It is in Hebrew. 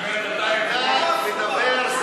אתה מדבר זהב, כל הכבוד.